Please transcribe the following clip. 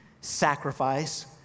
sacrifice